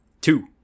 Two